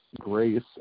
grace